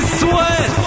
sweat